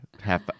half